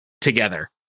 together